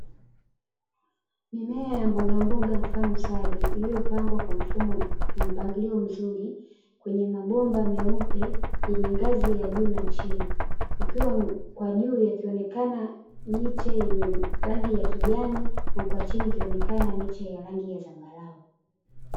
Mimea ya mboga mboga mfano saladi iliyopangwa kwa mpangilio mzuri kwenye mabomba meupe yenye ngazi ya juu na chini ukiwa kwa juu yakionekana miche yenye rangi ya kijani na kwa chini ikionekana miche ya rangi ya zambarau.